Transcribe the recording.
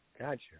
Gotcha